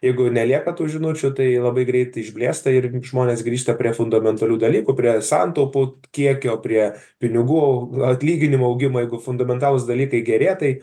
jeigu nelieka tų žinučių tai labai greitai išblėsta ir žmonės grįžta prie fundamentalių dalykų prie santaupų kiekio prie pinigų atlyginimų augimo jeigu fundamentalūs dalykai gerėja tai